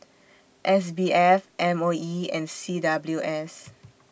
S B F M O E and C W S